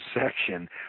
section